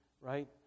right